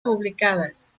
publicadas